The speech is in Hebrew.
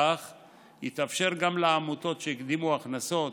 כך יתאפשר גם לעמותות שקיבלו הכנסות